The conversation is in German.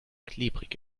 klebrig